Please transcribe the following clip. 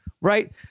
right